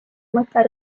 mõtle